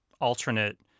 alternate